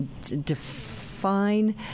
define